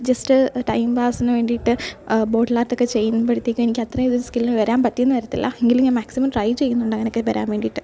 just time പാസ്സിന് വേണ്ടിട്ട് bottle ആർട്ടക്കെ ചെയ്യുമ്പോഴ്ത്തേക്ക് എനിക്കത്രേം റിസ്ക്കിൽ വരാൻ പറ്റിയെന്ന് വരത്തില്ല എങ്കിലും ഞാൻ മാക്സിമം ട്രൈ ചെയ്യുന്നുണ്ടങ്ങനക്കെ വരാൻ വേണ്ടീട്ട്